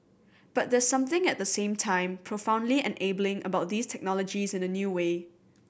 but there's something at the same time profoundly enabling about these technologies in a new way